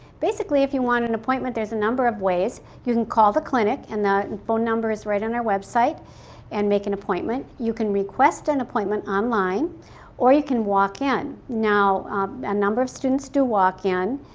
basically if you want an appointment, there's a number of ways. you can call the clinic and that phone number is right on our website and make an appointment. you can request an appointment online or you can walk in. now ah a number of students do walk in.